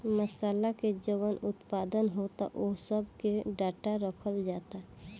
मासाला के जवन उत्पादन होता ओह सब के डाटा रखल जाता